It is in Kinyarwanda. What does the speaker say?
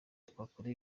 twakora